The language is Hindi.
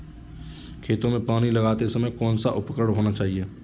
खेतों में पानी लगाते समय कौन सा उपकरण होना चाहिए?